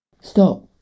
Stop